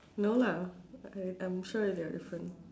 no lah I I am sure they are different